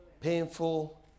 Painful